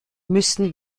müssen